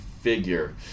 figure